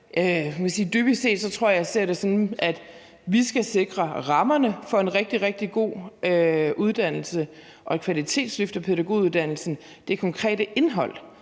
jeg ser det sådan, at vi skal sikre rammerne for en rigtig, rigtig god uddannelse og et kvalitetsløft af pædagoguddannelsen. Det konkrete indhold